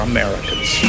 Americans